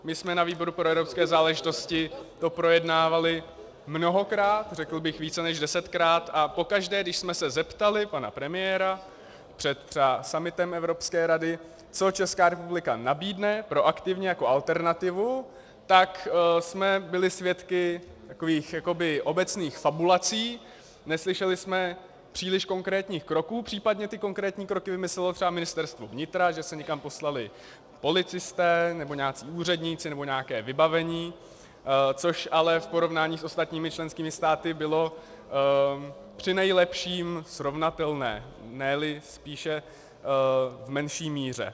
My jsme na výboru pro evropské záležitosti to projednávali mnohokrát, řekl bych více než desetkrát, a pokaždé, když jsme se zeptali pana premiéra před summitem Evropské rady, co Česká republika nabídne aktivně jako alternativu, tak jsme byli svědky takových jakoby obecných fabulací, neslyšeli jsme příliš konkrétních kroků, případně ty konkrétní kroky vymyslelo třeba Ministerstvo vnitra, že se někam poslali policisté nebo nějací úředníci nebo nějaké vybavení, což ale v porovnání s ostatními členskými státy bylo přinejlepším srovnatelné, neli spíše v menší míře.